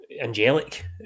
Angelic